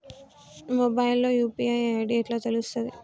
Mobile లో UPI ID ఎట్లా తెలుస్తది?